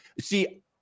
see